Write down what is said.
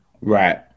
Right